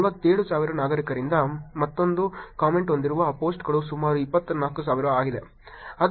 47000 ನಾಗರಿಕರಿಂದ ಮತ್ತೊಂದು ಕಾಮೆಂಟ್ ಹೊಂದಿರುವ ಪೋಸ್ಟ್ಗಳು ಸುಮಾರು 24000 ಆಗಿದೆ